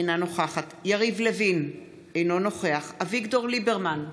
אינה נוכחת יריב לוין, אינו נוכח אביגדור ליברמן,